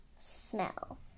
smell